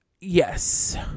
Yes